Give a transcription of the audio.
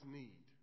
need